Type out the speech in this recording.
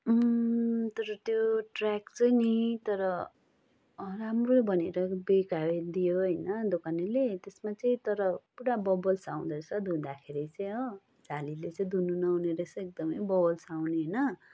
तर त्यो ट्र्याक चाहिँ नि तर राम्रो भनेर बिकाइदियो होइन दोकानेले त्यसमा चाहिँ तर पुरा बबल्स आउँदैछ धुँदाखेरि चाहिँ हो झालीले चाहिँ धुनु नहुने रहेछ एकदमै बबल्स आउने होइन